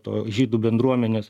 žydų bendruomenės